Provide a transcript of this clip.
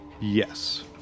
Yes